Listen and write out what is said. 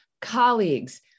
colleagues